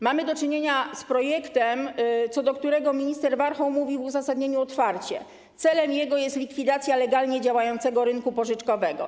Mamy do czynienia z projektem, o którym minister Warchoł mówi w uzasadnieniu otwarcie: celem jego jest likwidacja legalnie działającego rynku pożyczkowego.